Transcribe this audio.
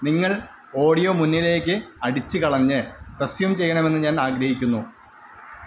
നിങ്ങൾ ഓഡിയോ മുന്നിലേക്ക് അടിച്ച് കളഞ്ഞ് റെസ്യൂം ചെയ്യണമെന്ന് ഞാൻ ആഗ്രഹിക്കുന്നു